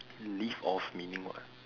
live off meaning what